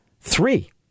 three